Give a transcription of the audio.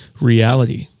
reality